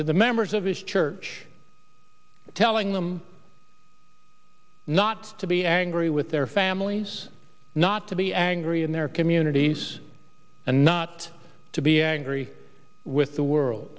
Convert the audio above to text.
to the members of his church telling them not to be angry with their families not to be angry in their communities and not to be angry with the world